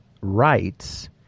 rights